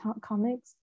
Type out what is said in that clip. comics